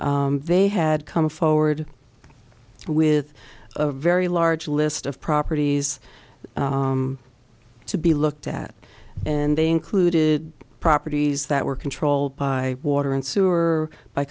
they had come forward with a very large list of properties to be looked at and they included properties that were controlled by water and sewer by